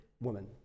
woman